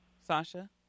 Sasha